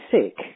sick